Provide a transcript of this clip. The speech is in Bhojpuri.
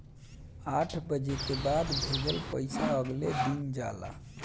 आठ बजे के बाद भेजल पइसा अगले दिन जाला